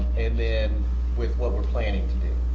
and then with what we're planning to do.